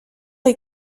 est